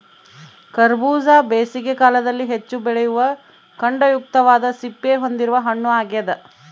ಕರಬೂಜ ಬೇಸಿಗೆ ಕಾಲದಲ್ಲಿ ಹೆಚ್ಚು ಬೆಳೆಯುವ ಖಂಡಯುಕ್ತವಾದ ಸಿಪ್ಪೆ ಹೊಂದಿರುವ ಹಣ್ಣು ಆಗ್ಯದ